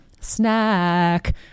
snack